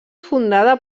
fundada